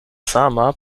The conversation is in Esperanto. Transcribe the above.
sama